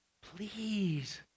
please